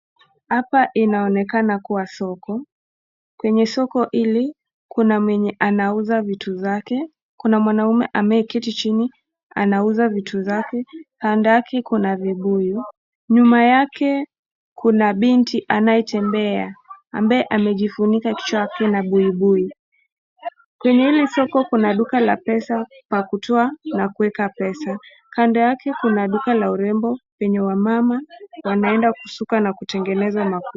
Hapa inaoneka kuwa soko. Kwenye soko hili kuna mwenye anauza vitu zake kuna mwanaume mwenye ameketi chini anauza vitu zake. Kando yake kuna vibuyu nyuma yake kuna binti anayetembea ambaye amejifunika kichwa lake na buibui. Kwenye hili soko kuna duka la pesa la kutoa na kuweka pesa kando yake kuna duka la urembo penye wamama wanaenda kusukwa na kutengenezwa makucha.